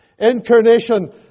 Incarnation